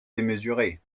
démesurées